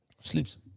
sleeps